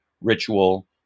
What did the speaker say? ritual